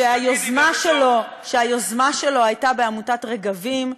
שהיוזמה שלו הייתה בעמותת "רגבים",